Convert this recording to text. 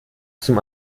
zum